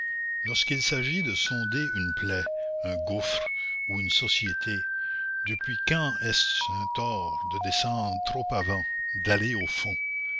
lorsqu'il s'agit de sonder une plaie un gouffre ou une société depuis quand est-ce un tort de descendre trop avant d'aller au fond